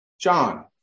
John